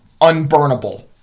unburnable